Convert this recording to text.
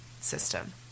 System